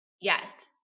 Yes